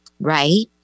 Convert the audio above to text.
Right